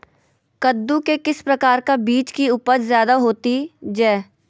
कददु के किस प्रकार का बीज की उपज जायदा होती जय?